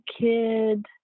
kid